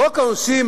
חוק העונשין,